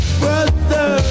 brother